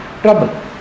trouble